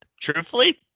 truthfully